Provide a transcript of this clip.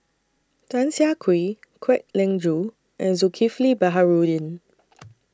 Tan Siah Kwee Kwek Leng Joo and Zulkifli Baharudin